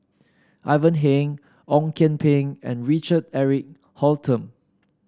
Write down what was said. Ivan Heng Ong Kian Peng and Richard Eric Holttum